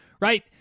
right